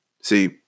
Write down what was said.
See